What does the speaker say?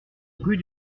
rue